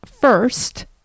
first